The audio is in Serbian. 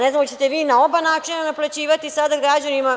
Ne znam da li ćete vi na oba načina naplaćivati sada građanima.